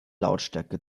lautstärke